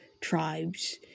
tribes